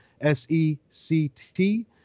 s-e-c-t